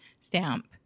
stamp